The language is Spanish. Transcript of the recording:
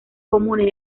comunes